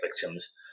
victims